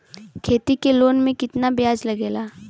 खेती के लोन में कितना ब्याज लगेला?